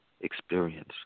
experience